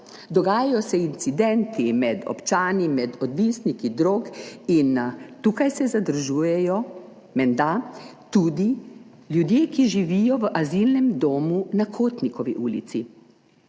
Dogajajo se incidenti med občani, med odvisniki drog in tukaj se zadržujejo menda tudi ljudje, ki živijo v azilnem domu na Kotnikovi ulici.